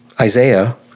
Isaiah